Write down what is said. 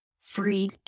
free